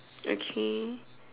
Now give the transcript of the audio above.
okay